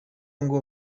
ngo